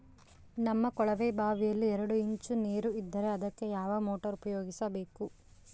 ನಮ್ಮ ಕೊಳವೆಬಾವಿಯಲ್ಲಿ ಎರಡು ಇಂಚು ನೇರು ಇದ್ದರೆ ಅದಕ್ಕೆ ಯಾವ ಮೋಟಾರ್ ಉಪಯೋಗಿಸಬೇಕು?